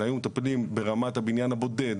אלא היו מטפלים ברמת הבניין הבודד